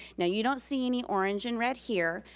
now you don't see any orange and red here,